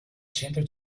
centro